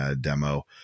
demo